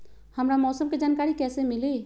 हमरा मौसम के जानकारी कैसी मिली?